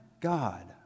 God